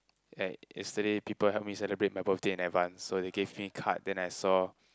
like yesterday people helped me celebrate my birthday in advance so they gave me card then I saw